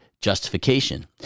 justification